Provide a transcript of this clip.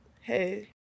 hey